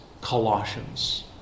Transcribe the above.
Colossians